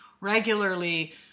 regularly